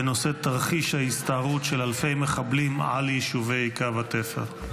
בנושא: תרחיש ההסתערות של אלפי מחבלים על יישובי קו התפר.